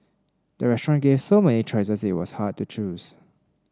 the restaurant gave so many choices that it was hard to choose